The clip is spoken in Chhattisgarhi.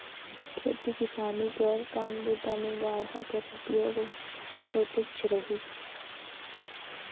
खेती किसानी कर काम बूता मे गाड़ा कर उपयोग होतेच रहिस